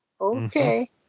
okay